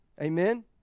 Amen